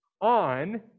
On